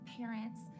parents